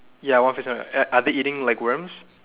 ya are are they eating like worms